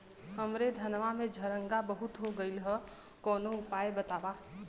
हमरे धनवा में झंरगा बहुत हो गईलह कवनो उपाय बतावा?